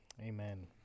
amen